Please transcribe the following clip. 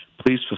please